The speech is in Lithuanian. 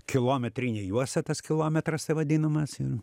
kilometrinė juosta tas kilometras tai vadinamas ir